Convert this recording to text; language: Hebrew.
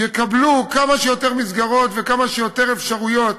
יקבלו כמה שיותר מסגרות וכמה שיותר אפשרויות